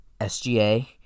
SGA